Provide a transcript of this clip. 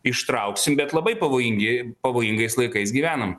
ištrauksim bet labai pavojingi pavojingais laikais gyvenam